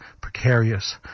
precarious